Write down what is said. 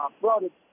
products